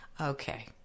Okay